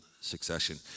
succession